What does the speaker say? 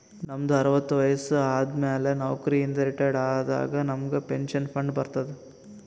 ನಮ್ದು ಅರವತ್ತು ವಯಸ್ಸು ಆದಮ್ಯಾಲ ನೌಕರಿ ಇಂದ ರಿಟೈರ್ ಆದಾಗ ನಮುಗ್ ಪೆನ್ಷನ್ ಫಂಡ್ ಬರ್ತುದ್